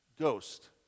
Ghost